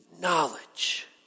knowledge